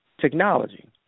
technology